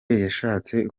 yashatse